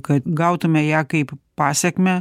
kad gautume ją kaip pasekmę